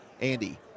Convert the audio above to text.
Andy